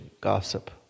gossip